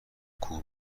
کوه